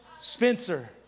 Spencer